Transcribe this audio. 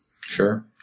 sure